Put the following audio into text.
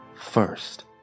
first